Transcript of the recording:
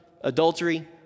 adultery